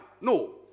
No